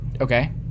Okay